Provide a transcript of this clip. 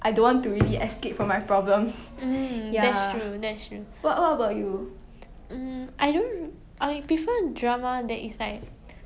like you know I'll probably only like you know 有一个命 only most likely but then through drama like 你可以 experience 很多 lives